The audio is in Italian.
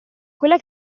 quella